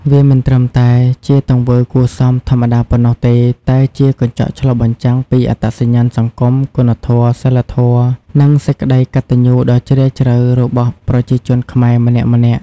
វាមិនត្រឹមតែជាទង្វើគួរសមធម្មតាប៉ុណ្ណោះទេ តែជាកញ្ចក់ឆ្លុះបញ្ចាំងពីអត្តសញ្ញាណសង្គម គុណធម៌ សីលធម៌ និងសេចក្តីកតញ្ញូដ៏ជ្រាលជ្រៅរបស់ប្រជាជនខ្មែរម្នាក់ៗ។